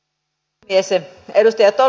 arvoisa puhemies